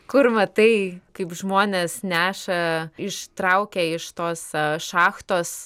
kur matai kaip žmonės neša ištraukia iš tos šachtos